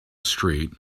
street